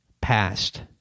past